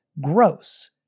gross